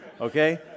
okay